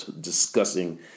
discussing